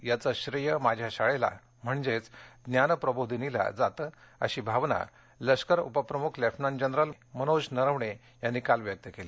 याच श्रेय माझ्या शाळेला म्हणजेच ज्ञानप्रबोधिनीला जातं अशी भावना लष्कर उप प्रमुख लेफ्टनंट जनरल मनोज मुकूंद नरवणे यांनी काल व्यक्त केली